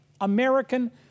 American